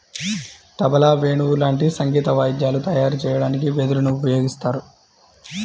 తబలా, వేణువు లాంటి సంగీత వాయిద్యాలు తయారు చెయ్యడానికి వెదురుని ఉపయోగిత్తారు